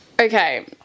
Okay